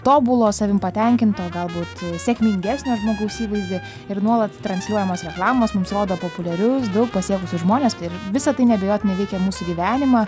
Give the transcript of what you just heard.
tobulo savim patenkinto galbūt sėkmingesnio žmogaus įvaizdį ir nuolat transliuojamos reklamos mums rodo populiarius daug pasiekusius žmones ir visa tai neabejotinai veikia mūsų gyvenimą